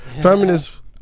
feminist